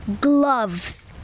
gloves